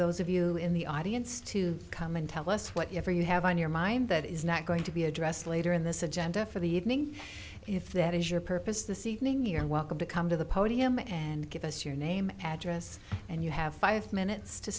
those of you in the audience to come and tell us what you or you have on your mind that is not going to be addressed later in this agenda for the evening if that is your purpose this evening you're welcome to come to the podium and give us your name address and you have five minutes to